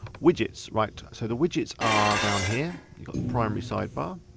widgets, right. so the widgets are down here. you've got the primary sidebar.